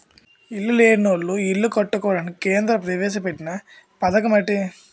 ఇల్లు లేనోళ్లు ఇల్లు కట్టుకోవడానికి కేంద్ర ప్రవేశపెట్టిన పధకమటిది